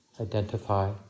identify